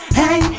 hey